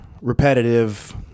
repetitive